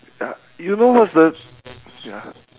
ya you know what's the ya